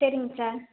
சரிங்க சார்